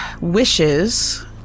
wishes